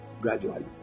gradually